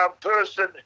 Person